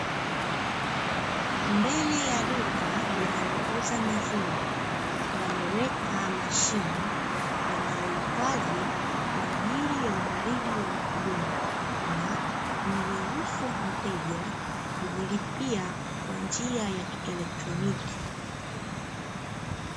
Mbele ya duka linalouza maziwa, wameweka mashine yanayohifadhi kwa ajili ya ubaridi wa kudumu na kumruhusu mteja kujilipia kwa njia ya kieletroniki.